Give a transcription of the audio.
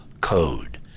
code